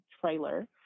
Trailer